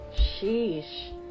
Sheesh